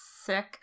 sick